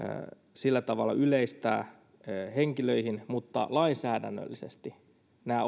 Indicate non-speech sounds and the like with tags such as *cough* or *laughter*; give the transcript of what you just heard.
sillä tavalla yleistää henkilöihin mutta lainsäädännöllisesti nämä *unintelligible*